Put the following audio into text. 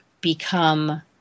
become